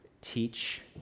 teach